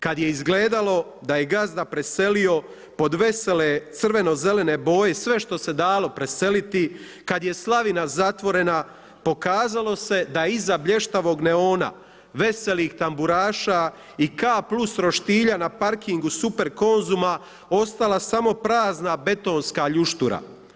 Kad je izgledalo da je gazda preselio, pod vesele crveno zelene boje i sve što se dalo preseliti, kad je slavina zatvorena pokazalo se da iza blještavog neona, veselih tamburaša i K plus roštilja na parkingu Super Konzuma ostala samo prazna betonska ljuštura.